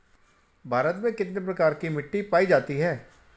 भारत में कितने प्रकार की मिट्टी पाई जाती हैं?